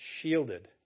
shielded